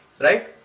right